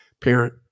parent